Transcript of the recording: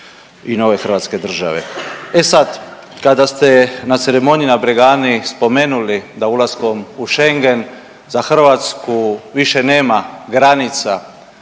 i nove hrvatske države. E sad, kada ste na ceremoniji na Bregani spomenuli da ulaskom u Schengen za Hrvatsku više nema granica